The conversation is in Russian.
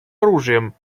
оружием